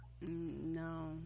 no